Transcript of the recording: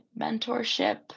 mentorship